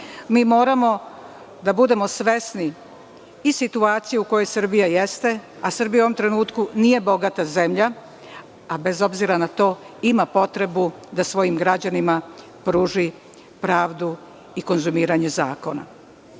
moramo da budemo svesni i situacije u kojoj Srbija jeste, a Srbija u ovom trenutku nije bogata zemlja, a bez obzira na to ima potrebu da svojim građanima pruži pravdu i konzumiranje zakona. Ono